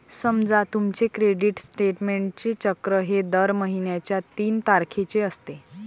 समजा तुमचे क्रेडिट स्टेटमेंटचे चक्र हे दर महिन्याच्या तीन तारखेचे असते